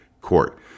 Court